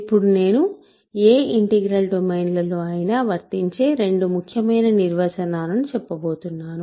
ఇప్పుడు నేను ఏ ఇంటిగ్రల్ డొమైన్ల లో అయినా వర్తించే రెండు ముఖ్యమైన నిర్వచనాలను చెప్పబోతున్నాను